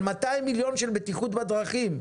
על 200 מיליון של בטיחות בדרכים,